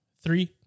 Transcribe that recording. three